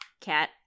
cat